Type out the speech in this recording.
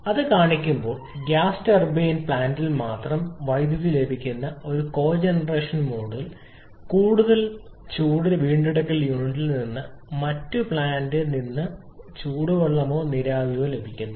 അത് കാണിക്കുമ്പോൾ gas turbine പ്ലാന്റിൽ നിന്ന് മാത്രം വൈദ്യുതി ലഭിക്കുന്ന ഒരു കോജെനറേഷൻ മോഡിൽ കൂടുതൽ ചൂട് വീണ്ടെടുക്കൽ യൂണിറ്റിൽ നിന്ന് മറ്റ് പ്ലാന്റ് വാഹനങ്ങളിൽ നിന്ന് ചൂടുവെള്ളമോ നീരാവിയോ ലഭിക്കുന്നു